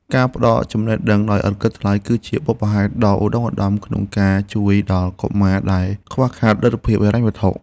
ការផ្តល់ចំណេះដឹងដោយឥតគិតថ្លៃ គឺជាបុព្វហេតុដ៏ឧត្តុង្គឧត្តមក្នុងការជួយដល់កុមារដែលខ្វះខាតលទ្ធភាពហិរញ្ញវត្ថុ។